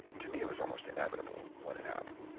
to me, it was almost inevitable what had happened